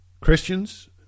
Christians